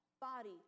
body